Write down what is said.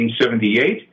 1978